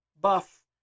Buff